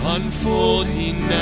Unfolding